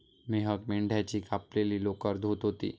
मेहक मेंढ्याची कापलेली लोकर धुत होती